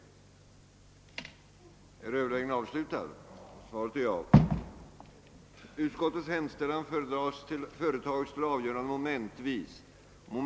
ciellt dokumenterat behov av skolinackordering, 3. att statsbidraget till den del av